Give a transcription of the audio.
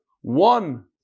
One